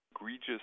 egregious